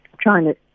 China